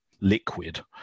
liquid